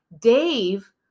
Dave